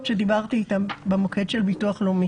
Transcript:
שדיברתי איתן במוקד של הביטוח הלאומי